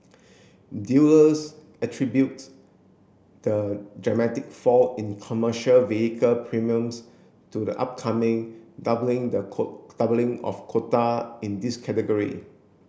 dealers attribute the dramatic fall in commercial vehicle premiums to the upcoming doubling the doubling of quota in this category